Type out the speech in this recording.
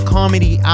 Comedy